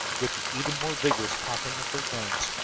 with the even more vigorous popping of their guns,